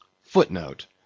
Footnote